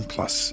Plus